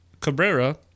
Cabrera